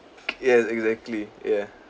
yes exactly ya